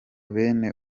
bene